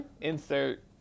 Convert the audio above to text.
insert